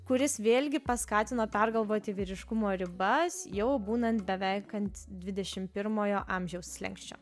kuris vėlgi paskatino pergalvoti vyriškumo ribas jau būnant beveik ant dvidešim pirmojo amžiaus slenksčio